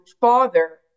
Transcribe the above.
father